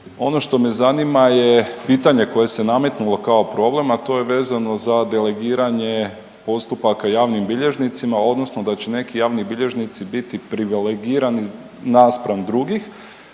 Ono što me zanima je pitanje koje se nametnulo kao problem, a to je vezano za delegiranje postupaka javnim bilježnicima odnosno da će neki javni bilježnici biti privilegirani naspram drugih